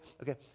Okay